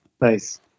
Nice